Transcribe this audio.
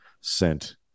sent